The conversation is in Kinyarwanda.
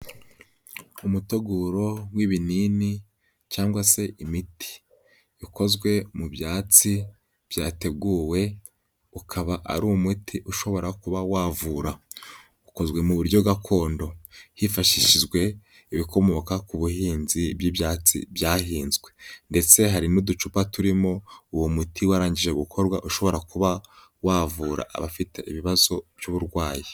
Umuteguro w'ibinini cyangwa se imiti bikozwe mu byatsi byateguwe. Ukaba ari umuti ushobora kuba wavura, ukozwe mu buryo gakondo hifashishijwe ibikomoka ku buhinzi bw'ibyatsi byahinzwe, ndetse hari n'uducupa turimo uwo muti warangije gukorwa ushobora kuba wavura abafite ibibazo by'uburwayi.